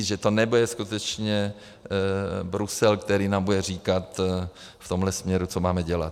Že to nebude skutečně Brusel, který nám bude říkat v tomhle směru, co máme dělat.